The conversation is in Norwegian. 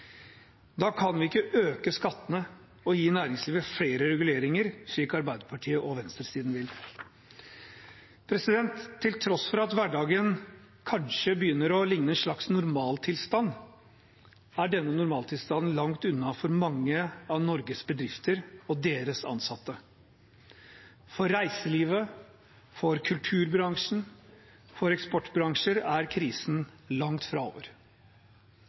Da kan vi ikke øke skattene og gi næringslivet flere reguleringer, slik Arbeiderpartiet og venstresiden vil. Til tross for at hverdagen kanskje begynner å likne en slags normaltilstand, er denne normaltilstanden langt unna for mange av Norges bedrifter og deres ansatte. For reiselivet, kulturbransjen og eksportbransjer er krisen langt fra over.